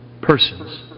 persons